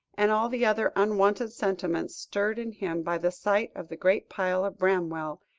and all the other unwonted sentiments stirred in him by the sight of the great pile of bramwell,